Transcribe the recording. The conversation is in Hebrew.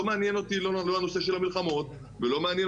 לא מעניין אותי כל הנושא של המלחמות ולא מעניין